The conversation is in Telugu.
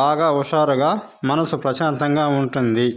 బాగా హుషారుగా మనసు ప్రశాంతంగా ఉంటుంది